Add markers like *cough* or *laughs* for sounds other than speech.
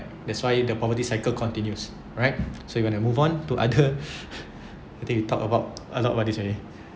that's why the poverty cycle continues right so you want to move on to other *laughs* I think you talk about a lot about this already